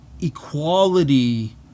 equality